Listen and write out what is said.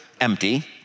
Empty